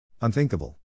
Unthinkable